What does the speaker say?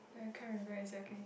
yeah I can't remember exactly